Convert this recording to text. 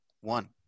one